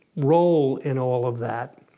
role in all of that,